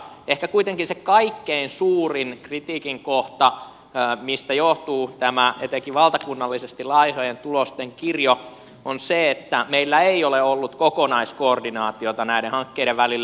ehkä kuitenkin se kaikkein suurin kritiikin kohta josta johtuu tämä etenkin valtakunnallisesti laihojen tulosten kirjo on se että meillä ei ole ollut kokonaiskoordinaatiota näiden hankkeiden välillä